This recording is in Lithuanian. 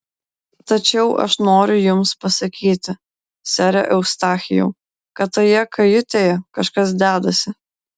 tačiau aš noriu jums pasakyti sere eustachijau kad toje kajutėje kažkas dedasi